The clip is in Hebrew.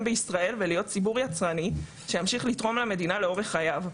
בישראל ולהיות ציבור יצרני שימשיך לתרום למדינה לאורך חייו.